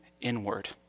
inward